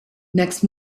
next